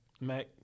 Mac